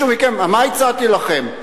מה הצעתי לכם?